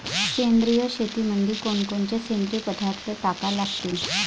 सेंद्रिय शेतीमंदी कोनकोनचे सेंद्रिय पदार्थ टाका लागतीन?